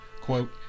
Quote